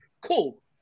Cool